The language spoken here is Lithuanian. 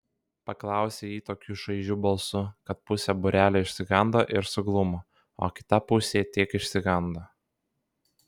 paklausė ji tokiu šaižiu balsu kad pusė būrelio išsigando ir suglumo o kita pusė tik išsigando